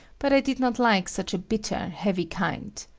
but i did not like such a bitter, heavy kind.